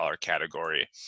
category